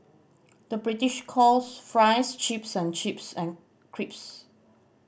the British calls fries chips and chips and crisps